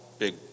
Big